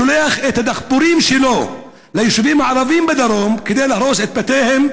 הוא שולח את הדחפורים שלו ליישובים ערביים בדרום כדי להרוס את בתיהם,